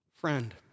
Friend